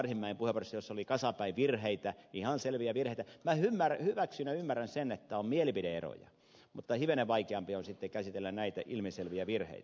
arhinmäen puheenvuoroon jossa oli kasapäin virheitä ihan selviä virheitä minä hyväksyn ja ymmärrän sen että on mielipide eroja mutta hivenen vaikeampi on sitten käsitellä näitä ilmiselviä virheitä